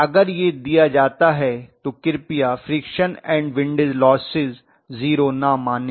अगर यह दिया जाता है तो कृपया friction and windage losses zero न मानें